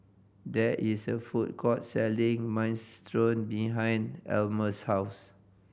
there is a food court selling Minestrone behind Almus' house